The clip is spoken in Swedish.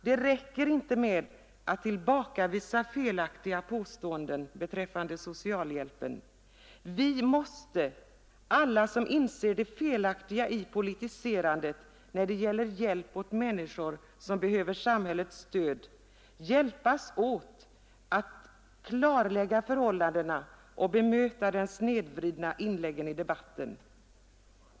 Det räcker inte med att tillbakavisa felaktiga påståenden beträffande socialhjälpen. Vi måste, alla som inser det felaktiga i politiserandet när det gäller hjälp åt människor som behöver samhällets stöd, hjälpas åt att klarlägga förhållandena och bemöta de snedvridna inläggen i debatten.